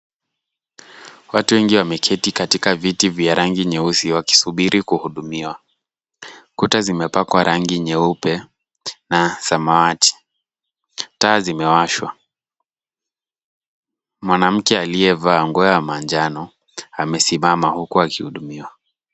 Watu wengi wameketi katika viti vya rangi nyeusi wakisubiri kuhudumiwa. Kuta zimepakwa rangi nyeupe na samawati. Taa zimewashwa. Mwanamke aliyevaa nguo ya manjano amesimama huku akihudumiwa.